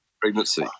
pregnancy